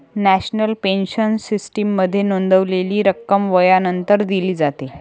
national pension सिस्टीममध्ये नोंदवलेली रक्कम वयानंतर दिली जाते